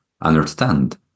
understand